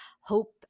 hope